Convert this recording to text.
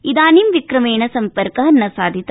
इदानीं विक्रमेण सम्पर्क न साधित